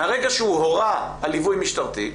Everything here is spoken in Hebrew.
ברגע שהוא הורה על ליווי משטרתי,